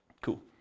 Cool